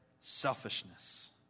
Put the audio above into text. selfishness